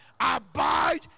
abide